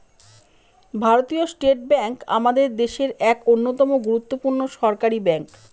ভারতীয় state bank আমাদের দেশের এক অন্যতম গুরুত্বপূর্ণ সরকারি ব্যাঙ্ক